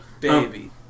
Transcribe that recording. Baby